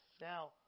Now